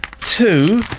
two